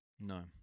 No